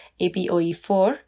APOE4